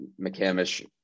McCamish